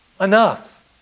Enough